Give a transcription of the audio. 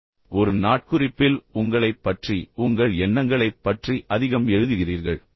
எனவே ஒரு நாட்குறிப்பில் உங்களைப் பற்றி ஒரு கட்டுரையின் வடிவத்தில் உங்கள் எண்ணங்களைப் பற்றி அதிகம் எழுதுகிறீர்கள்